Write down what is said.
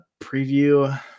preview